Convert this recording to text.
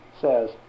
says